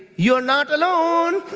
you're not alone